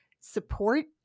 support